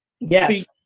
Yes